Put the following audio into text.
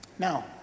Now